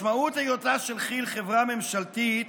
משמעות היותה של כי"ל חברה ממשלתית